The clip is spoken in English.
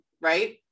right